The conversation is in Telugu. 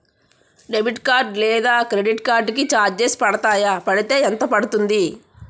డెబిట్ కార్డ్ లేదా క్రెడిట్ కార్డ్ కి చార్జెస్ పడతాయా? పడితే ఎంత పడుతుంది?